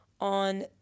on